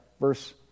verse